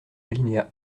alinéa